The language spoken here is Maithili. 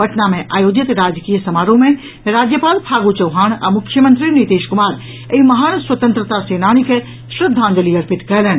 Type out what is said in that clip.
पटना मे आयोजित राजकीय समारोह मे राज्यपाल फागू चौहान आ मुख्यमंत्री नीतीश कुमार एहि महान स्वतंत्रता सेनानी के श्रद्धांजलि अर्पित कयलनि